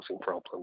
problems